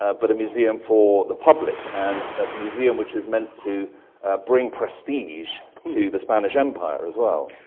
ah but a museum for the public, and a museum which is meant to bring prestige to the spanish empire as well.